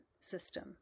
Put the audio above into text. system